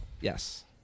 Yes